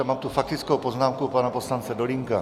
A mám tu faktickou poznámku pana poslance Dolínka.